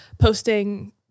Posting